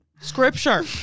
scripture